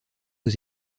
aux